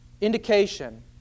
indication